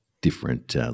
different